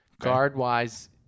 Guard-wise